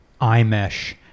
iMesh